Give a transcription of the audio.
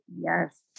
Yes